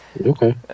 Okay